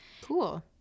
Cool